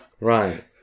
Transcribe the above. Right